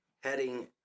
heading